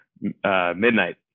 Midnight